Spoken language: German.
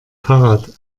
fahrrad